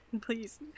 please